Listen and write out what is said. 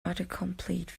autocomplete